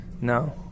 No